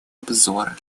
обзора